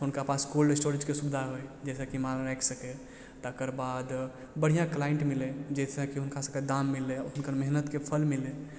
हुनका पास कोल्ड स्टोरेजके सुविधा होइ जइसँ कि माल राखि सकैत तकरबाद बढ़िऑं क्लाइन्ट मिलै जाहिसँ कि हुनका सबके दाम मिलै हुनकर मेहनतके फल मिलै